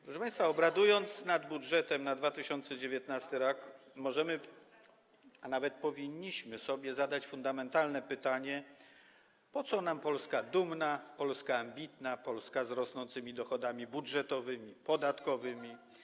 Proszę państwa, obradując nad budżetem na 2019 r., możemy, a nawet powinniśmy sobie zadać fundamentalne pytanie, po co nam Polska dumna, Polska ambitna, Polska z rosnącymi dochodami budżetowymi, podatkowymi.